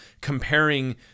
comparing